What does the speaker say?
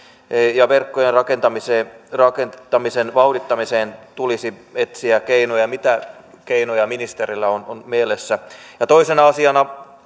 ja verkkojen rakentamisen rakentamisen vauhdittamiseen tulisi etsiä keinoja mitä keinoja ministerillä on on mielessä ja toisena asiana